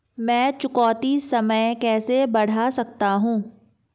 मैं चुकौती समय कैसे बढ़ा सकता हूं?